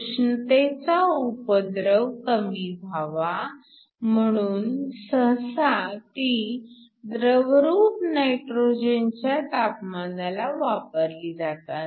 उष्णतेचा उपद्रव कमी व्हावा म्हणून सहसा ती द्रवरूप नैट्रोजनच्या तापमानाला वापरली जातात